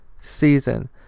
season